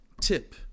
tip